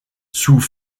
sous